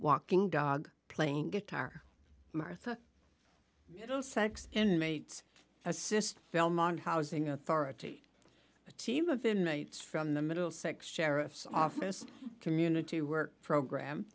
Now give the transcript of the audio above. walking dog playing guitar martha little sex inmates assist belmont housing authority a team of inmates from the middlesex sheriff's office community work program